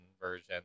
version